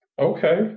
Okay